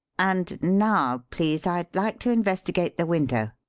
and now, please, i'd like to investigate the window.